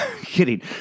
Kidding